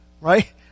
Right